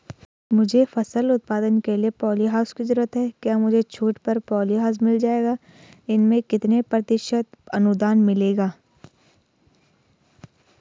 मुझे फसल उत्पादन के लिए प ॉलीहाउस की जरूरत है क्या मुझे छूट पर पॉलीहाउस मिल जाएगा इसमें कितने प्रतिशत अनुदान मिलेगा?